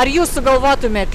ar jūs sugalvotumėt